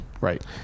Right